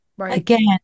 again